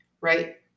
right